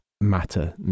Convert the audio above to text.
matter